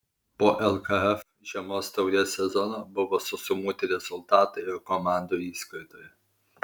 po lkf žiemos taurės sezono buvo susumuoti rezultatai ir komandų įskaitoje